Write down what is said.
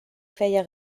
feia